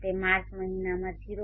તે માર્ચ મહિનામાં 0